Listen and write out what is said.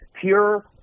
pure